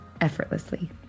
effortlessly